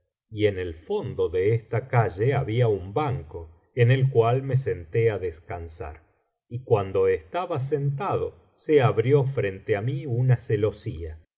y en el fondo de esta calle había un banco en el cual me senté á descansar y cuando estaba sentado se abrió frente á mí una celosía